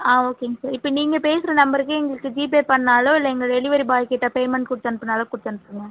ஆ ஓகேங்க சார் இப்போ நீங்கள் பேசுகிற நம்பருக்கு எங்களுக்கு ஜிபே பண்ணாலோ இல்லை எங்கள் டெலிவரி பாய் கிட்ட பேமண்ட் கொடுத்து அனுப்புனாலும் கொடுத்து அனுப்புங்கள்